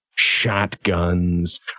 Shotguns